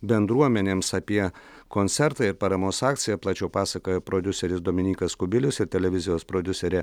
bendruomenėms apie koncertą ir paramos akciją plačiau pasakoja prodiuseris dominykas kubilius ir televizijos prodiuserė